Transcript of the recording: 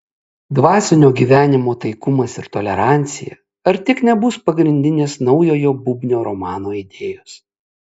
dvasinio gyvenimo taikumas ir tolerancija ar tik nebus pagrindinės naujojo bubnio romano idėjos